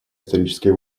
исторические